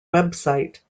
website